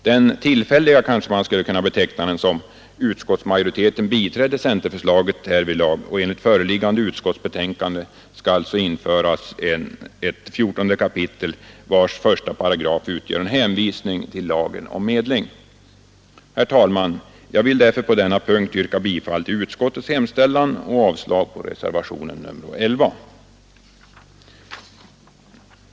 Den tillfälliga — som man kanske skulle kunna beteckna den — utskottsmajoriteten biträdde centerförslaget, och enligt föreliggande utskottsbetänkande skall alltså införas ett 14 kap. vars 1 § utgör en hänvisning till lagen om medling. Herr talman! Jag vill därför på denna punkt yrka bifall till utskottets hemställan och avslag på reservationen 11.